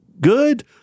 good